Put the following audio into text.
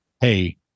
hey